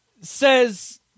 says